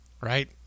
right